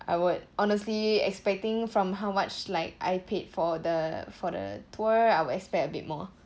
I would honestly expecting from how much like I paid for the for the tour I would expect a bit more